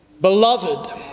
beloved